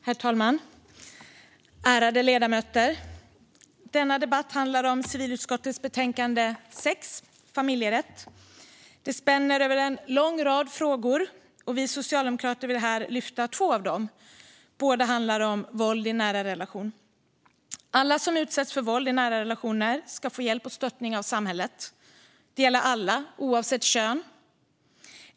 Herr talman! Ärade ledamöter! Denna debatt handlar om civilutskottets betänkande 6 Familjerätt . Det spänner över en lång rad frågor. Vi socialdemokrater vill här lyfta två av dem - båda handlar om våld i nära relation. Alla som utsätts för våld i nära relationer ska få hjälp och stöttning av samhället. Det gäller alla, oavsett kön.